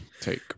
Take